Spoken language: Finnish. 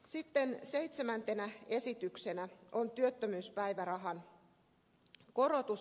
sitten seitsemäntenä esityksenä on työttömyyspäivärahan korotus